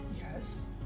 yes